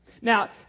Now